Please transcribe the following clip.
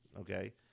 okay